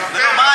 ספר.